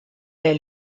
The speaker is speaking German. der